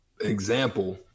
example